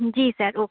ji sir okay